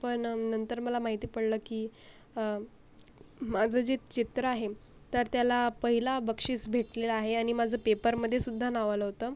पण नंतर मला माहिती पडलं की माझं जे चित्र आहे तर त्याला पहिला बक्षीस भेटलेला आहे आणि माझं पेपरमध्येसुद्धा नाव आलं होतं